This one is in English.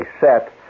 set